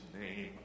name